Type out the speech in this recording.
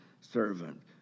servant